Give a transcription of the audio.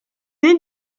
née